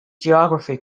geography